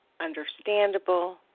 understandable